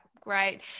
Great